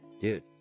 Dude